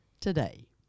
today